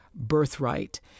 Birthright